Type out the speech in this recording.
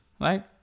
Right